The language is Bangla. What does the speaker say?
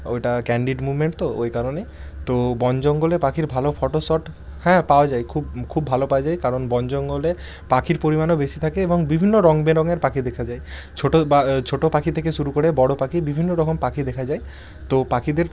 ওইটা ক্যানডিড মুভমেন্ট তো ওই কারণে তো বন জঙ্গলে পাখির ভালো ফটো শট হ্যাঁ পাওয়া যায় খুব খুব ভালো পাওয়া যায় কারণ বন জঙ্গলে পাখির পরিমাণও বেশি থাকে এবং বিভিন্ন রঙ বেরঙের পাখি দেখা যায় ছোটো বা ছোটো পাখি থেকে শুরু করে বড় পাখি বিভিন্ন রকম পাখি দেখা যায় তো পাখিদের